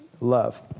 love